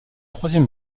troisième